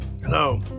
Hello